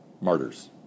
Martyrs